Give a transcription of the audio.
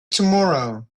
tomorrow